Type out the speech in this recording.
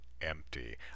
empty